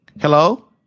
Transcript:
Hello